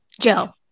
Joe